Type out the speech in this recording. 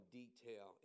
detail